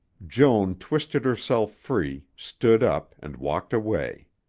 joan twisted herself free, stood up, and walked away.